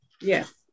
Yes